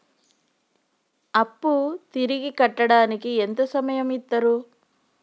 అప్పు తిరిగి కట్టడానికి ఎంత సమయం ఇత్తరు?